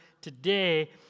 today